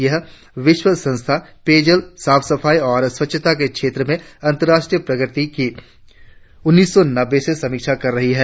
यह विश्व संस्था पेयजल साफ सफाई और सवच्छता के क्षेत्र में अर्राष्ट्रीय प्रगति की उन्नीस सौ नब्बे से समीक्षा कर रही है